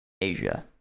asia